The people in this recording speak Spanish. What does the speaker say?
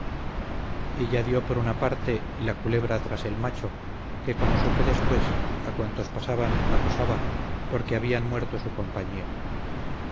ella dió por una parte y la culebra tras el macho que como supe después a cuantos pasaban acosaba porque habían muerto su compañía